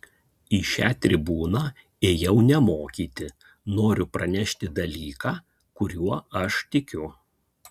į šią tribūną ėjau ne mokyti noriu pranešti dalyką kuriuo aš tikiu